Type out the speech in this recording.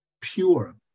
pure